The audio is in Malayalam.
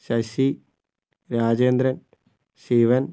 ശശി രാജേന്ദ്രൻ ശിവൻ